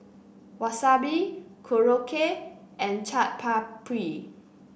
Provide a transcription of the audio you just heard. Wasabi Korokke and Chaat Papri